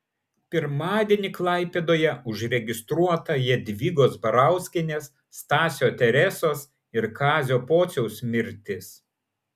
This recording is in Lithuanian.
pirmadienį klaipėdoje užregistruota jadvygos barauskienės stasio teresos ir kazio pociaus mirtis